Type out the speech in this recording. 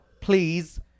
please